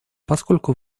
поскольку